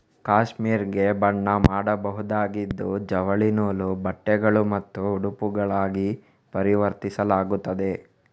cashmere ಗೆ ಬಣ್ಣ ಮಾಡಬಹುದಾಗಿದ್ದು ಜವಳಿ ನೂಲು, ಬಟ್ಟೆಗಳು ಮತ್ತು ಉಡುಪುಗಳಾಗಿ ಪರಿವರ್ತಿಸಲಾಗುತ್ತದೆ